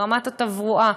ברמת התברואה,